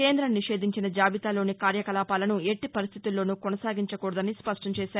కేంద్ర నిషేధించిన జాబితాలోని కార్యకలాపాలను ఎట్లీ పరిస్లితిలోనూ కొనసాగించకూడదని స్పష్టం చేశారు